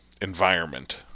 environment